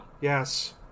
Yes